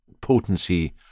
potency